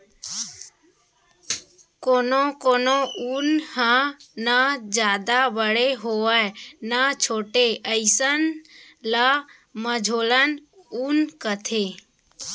कोनो कोनो ऊन ह न जादा बड़े होवय न छोटे अइसन ल मझोलन ऊन कथें